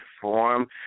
form